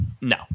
No